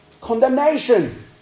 condemnation